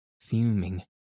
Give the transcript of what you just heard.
fuming